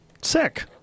Sick